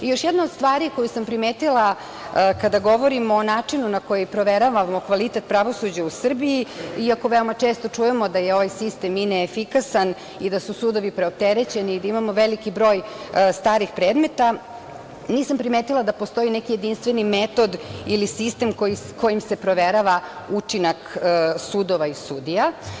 Još jedna od stvari koju sam primetila kada govorimo o načinu na koji proveravamo kvalitet pravosuđa u Srbiji, iako veoma često čujemo da je ovaj sistem i neefikasan i da su sudovi preopterećeni i da imamo veliki broj starih predmeta, nisam primetila da postoji neki jedinstveni metod ili sistem kojim se proverava učinak sudova i sudija.